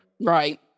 right